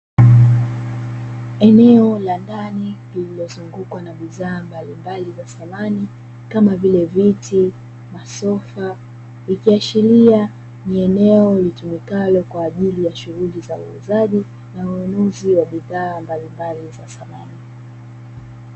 Eneo la ndani lilozungukwa na samani mbalimbali